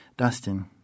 Dustin